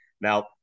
Now